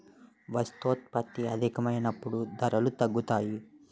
వస్తోత్పత్తి అధికమైనప్పుడు ధరలు తగ్గుతాయి